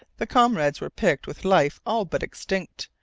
the comrades were picked with life all but extinct,